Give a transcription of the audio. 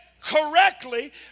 correctly